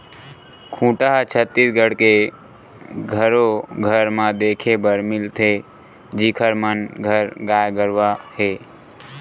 खूटा ह छत्तीसगढ़ के घरो घर म देखे बर मिलथे जिखर मन घर गाय गरुवा हे